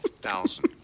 Thousand